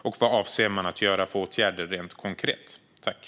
Och vilka konkreta åtgärder avser man att vidta?